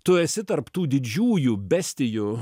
tu esi tarp tų didžiųjų bestijų